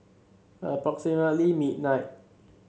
approximately midnight